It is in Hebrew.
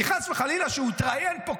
כי חס וחלילה שהוא יתראיין פה.